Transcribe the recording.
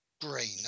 green